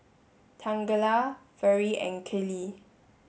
Tangela Vere and Kellee